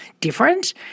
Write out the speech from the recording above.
different